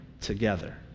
together